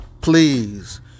please